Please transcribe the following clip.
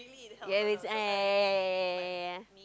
ya make sense ya ya ya ya ya ya